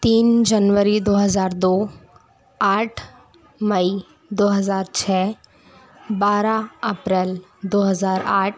तीन जनवरी दो हज़ार दो आठ मई दो हज़ार छः बारह अप्रैल दो हज़ार आठ